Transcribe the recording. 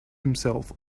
himself